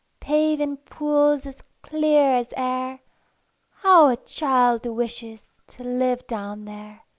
paven pools as clear as air how a child wishes to live down there!